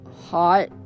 Hot